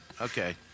okay